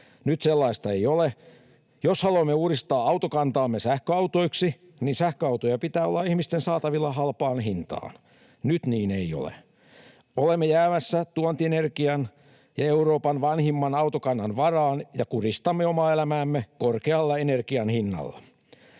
Nyt sellaista ei ole. Jos haluamme uudistaa autokantaamme sähköautoiksi, niin sähköautoja pitää olla ihmisten saatavilla halpaan hintaan. Nyt niin ei ole. Olemme jäämässä tuontienergian ja Euroopan vanhimman autokannan varaan ja kuristamme omaa elämäämme korkealla energian hinnalla.